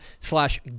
slash